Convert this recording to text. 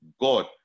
God